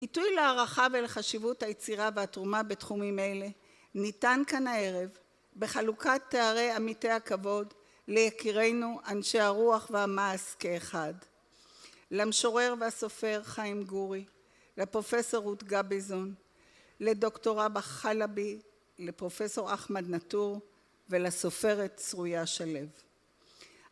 עיתוי להערכה ולחשיבות היצירה והתרומה בתחומים אלה ניתן כאן הערב בחלוקת תארי עמיתי הכבוד ליקירינו אנשי הרוח והמעש כאחד. למשורר והסופר חיים גורי לפרופסור רות גביזון לדוקטור רבאח חלבי לפרופסור אחמד נאטור ולסופרת צרויה שלו